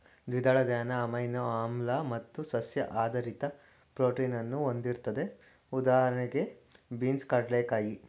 ದ್ವಿದಳ ಧಾನ್ಯ ಅಮೈನೋ ಆಮ್ಲ ಮತ್ತು ಸಸ್ಯ ಆಧಾರಿತ ಪ್ರೋಟೀನನ್ನು ಹೊಂದಿರ್ತದೆ ಉದಾಹಣೆಗೆ ಬೀನ್ಸ್ ಕಡ್ಲೆಕಾಯಿ